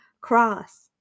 cross